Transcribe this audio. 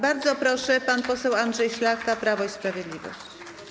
Bardzo proszę, pan poseł Andrzej Szlachta, Prawo i Sprawiedliwość.